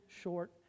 short